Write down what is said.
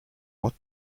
what